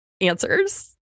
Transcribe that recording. answers